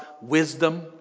wisdom